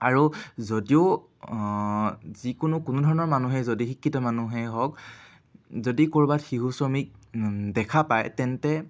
আৰু যদিও যিকোনো কোনো ধৰণৰ মানুহে যদি শিক্ষিত মানুহে হওক যদি ক'ৰবাত শিশু শ্ৰমিক দেখা পায় তেন্তে